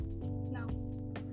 No